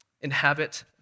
inhabit